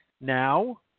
now